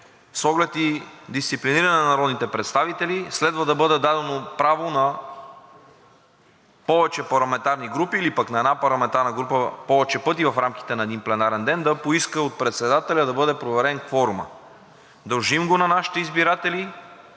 оглед и дисциплиниране на народните представители следва да бъде дадено право на повече парламентарни групи или пък на една парламентарна група повече пъти в рамките на един пленарен ден да поиска от председателя да бъде проверен кворумът. Дължим го на нашите избиратели,